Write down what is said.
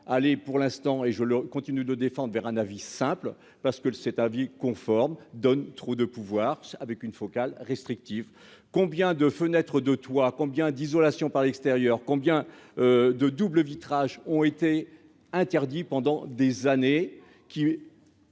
aller pour l'instant et je continue de défendre vers un avis simple parce que cet avis conforme donne trop de pouvoirs avec une focale restrictif, combien de fenêtre de toit, combien d'isolation par l'extérieur, combien de doubles vitrages ont été interdits pendant des années,